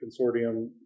consortium